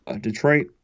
Detroit